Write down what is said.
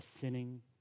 sinning